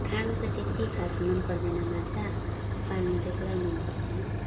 खानु त त्यति खास मन पर्दैन माछा पाल्नु चाहिँ पुरा मन पर्छ